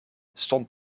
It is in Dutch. stond